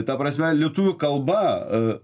ta prasme lietuvių kalba